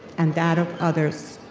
and that of others.